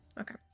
Okay